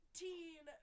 teen